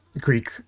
Greek